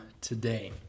today